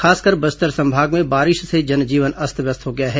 खासकर बस्तर संभाग में बारिश से जनजीवन अस्त व्यस्त हो गया है